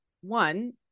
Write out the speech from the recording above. One